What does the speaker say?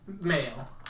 male